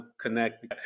connect